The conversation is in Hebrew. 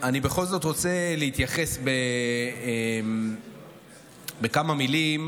אני בכל זאת רוצה להתייחס בכמה מילים